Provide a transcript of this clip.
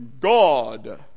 God